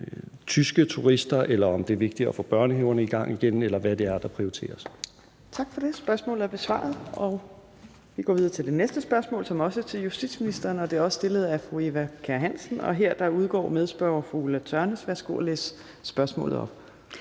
tyske turister, eller om det er vigtigst at få børnehaverne i gang, eller hvad det er, der prioriteres. Kl. 15:19 Fjerde næstformand (Trine Torp): Tak for det. Spørgsmålet er besvaret. Vi går videre til det næste spørgsmål, som også er til justitsministeren, og det er også stillet af fru Eva Kjer Hansen. Her udgår medspørger fru Ulla Tørnæs. Kl. 15:20 Spm. nr.